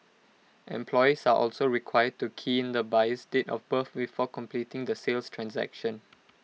employees are also required to key in the buyer's date of birth before completing the sales transaction